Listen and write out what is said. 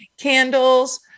candles